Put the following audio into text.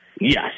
yes